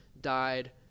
died